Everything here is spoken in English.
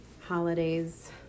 holidays